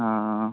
ആ ആ